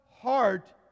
heart